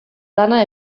lana